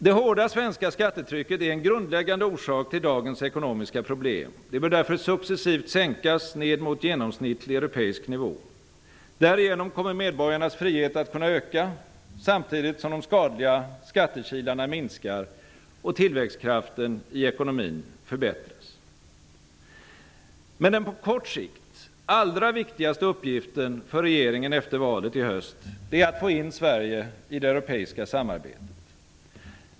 Det hårda svenska skattetrycket är en grundläggande orsak till dagens ekonomiska problem. Det bör därför successivt minskas ned mot genomsnittlig europeisk nivå. Därigenom kommer medborgarnas frihet att kunna öka, samtidigt som de skadliga skattekilarna minskar och tillväxtkraften i ekonomin förbättras. Men den på kort sikt allra viktigaste uppgiften för regeringen efter valet i höst är att få in Sverige i det europeiska samarbetet.